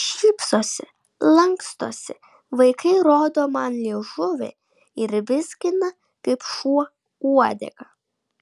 šypsosi lankstosi vaikai rodo man liežuvį ir vizgina kaip šuo uodegą